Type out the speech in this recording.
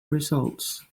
results